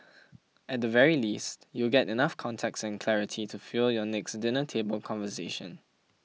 at the very least you'll get enough context and clarity to fuel your next dinner table conversation